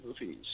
movies